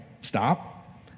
stop